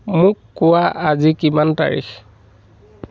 মোক কোৱা আজি কিমান তাৰিখ